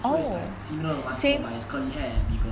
so it's like similar to 馒头 but it's like curly hair and bigger